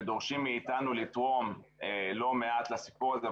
ודורשים מאיתנו לתרום לא מעט לסיפור הזה.